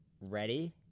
ready